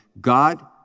God